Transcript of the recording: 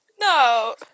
No